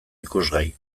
ikusgai